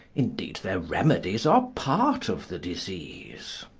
indeed, their remedies are part of the disease.